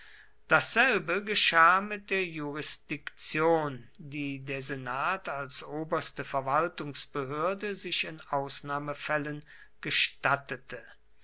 dasselbe geschah mit der jurisdiktion die der senat als oberste verwaltungsbehörde sich in ausnahmefällen gestattete